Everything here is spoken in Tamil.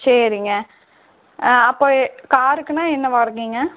சரிங்க அப்போது காருக்குன்னால் என்ன வாடகைங்க